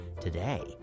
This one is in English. Today